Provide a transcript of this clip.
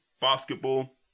Basketball